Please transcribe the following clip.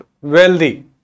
wealthy